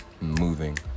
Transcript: moving